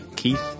Keith